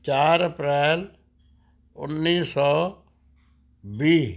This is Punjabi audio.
ਚਾਰ ਅਪ੍ਰੈਲ ਉੱਨੀ ਸੌ ਵੀਹ